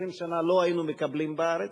20 שנה לא היינו מקבלים בארץ.